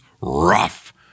rough